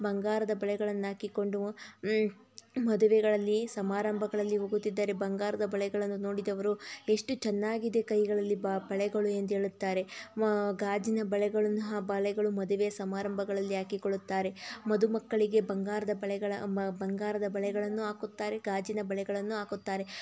ಬಂಗಾರದ ಬಳೆಗಳನ್ನು ಹಾಕಿಕೊಂಡು ಮದುವೆಗಳಲ್ಲಿ ಸಮಾರಂಭಗಳಲ್ಲಿ ಹೋಗುತ್ತಿದ್ದರೆ ಬಂಗಾರದ ಬಳೆಗಳನ್ನು ನೋಡಿದವರು ಎಷ್ಟು ಚೆನ್ನಾಗಿದೆ ಕೈಗಳಲ್ಲಿ ಬ ಬಳೆಗಳು ಎಂದು ಹೇಳುತ್ತಾರೆ ಮ ಗಾಜಿನ ಬಳೆಗಳನ್ನು ಆ ಬಳೆಗಳು ಮದುವೆ ಸಮಾರಂಭಗಳಲ್ಲಿ ಹಾಕಿಕೊಳ್ಳುತ್ತಾರೆ ಮದುಮಕ್ಕಳಿಗೆ ಬಂಗಾರದ ಬಳೆಗಳ ಬಂಗಾರದ ಬಳೆಗಳನ್ನು ಹಾಕುತ್ತಾರೆ ಗಾಜಿನ ಬಳೆಗಳನ್ನೂ ಹಾಕುತ್ತಾರೆ